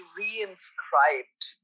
reinscribed